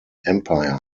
empire